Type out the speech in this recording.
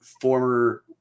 former